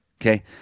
Okay